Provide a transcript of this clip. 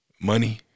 money